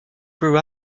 grew